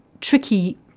tricky